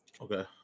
Okay